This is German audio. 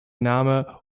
name